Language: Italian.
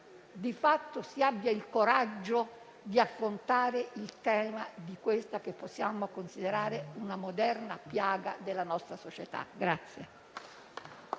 di fatto si abbia il coraggio di affrontare questa che possiamo considerare una moderna piaga della nostra società.